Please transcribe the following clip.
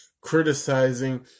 criticizing